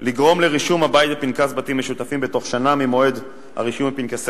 לגרום לרישום הבית בפנקס בתים משותפים בתוך שנה ממועד הרישום בפנקסי